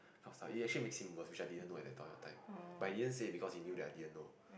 kind of stuff it only makes it worse which I didn't know at that point of time but he didn't say because he knew that I didn't know